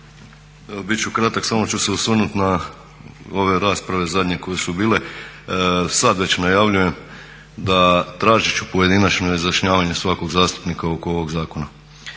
Bit ću kratak. Samo ću se osvrnuti na ove rasprave zadnje koje su bile. Sad već najavljujem da tražit ću pojedinačno izjašnjavanje svakog zastupnika oko ovog zakona.